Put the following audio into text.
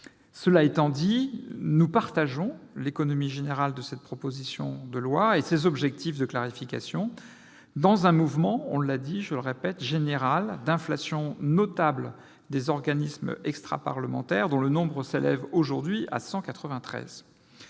Cela étant dit, nous approuvons l'économie générale de cette proposition de loi et les objectifs de clarification qui la sous-tendent, dans un mouvement général d'inflation notable des organismes extraparlementaires, dont le nombre s'élève aujourd'hui à 193.